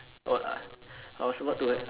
[wah] ah I was about to where